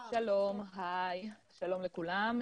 שלום לכולם,